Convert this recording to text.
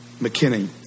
McKinney